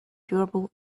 durable